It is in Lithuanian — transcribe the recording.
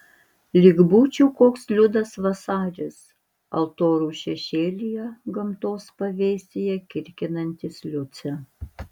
lyg būčiau koks liudas vasaris altorių šešėlyje gamtos pavėsyje kirkinantis liucę